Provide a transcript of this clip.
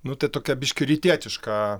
nu tai tokia biški rytietiška